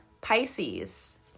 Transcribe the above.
Pisces